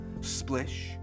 Splish